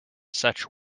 such